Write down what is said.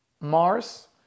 Mars